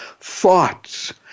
thoughts